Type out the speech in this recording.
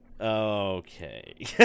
Okay